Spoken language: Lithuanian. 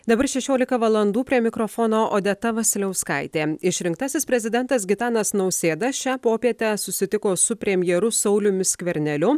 dabar šešiolika valandų prie mikrofono odeta vasiliauskaitė išrinktasis prezidentas gitanas nausėda šią popietę susitiko su premjeru sauliumi skverneliu